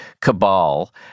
cabal